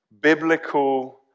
biblical